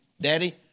Daddy